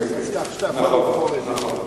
כך שאתה יכול לבחור מה שאתה רוצה.